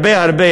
הרבה הרבה,